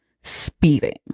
speeding